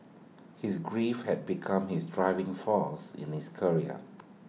his grief had become his driving force in his career